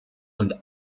und